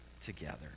together